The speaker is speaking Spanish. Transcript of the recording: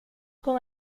con